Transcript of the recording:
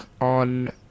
on